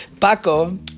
Paco